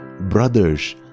Brothers